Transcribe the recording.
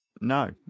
No